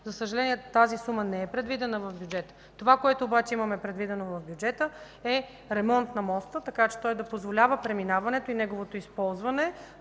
За съжаление, тази сума не е предвидена в бюджета. Това, което обаче имаме предвидено в бюджета, е ремонт на моста, така че той да позволява преминаването и неговото използване,